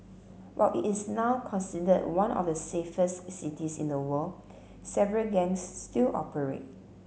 while it is now considered one of the safest cities in the world several gangs still operate